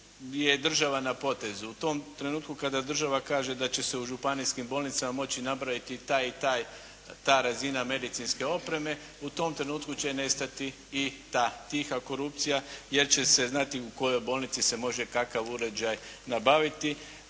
je država na potezu. U tom trenutku kada država kaže da će se u županijskim bolnicama moći napraviti ta i ta razina medicinske opreme u tom trenutku će nestati i ta tiha korupcija, jer će se znati u kojoj bolnici se može kakav uređaj nabaviti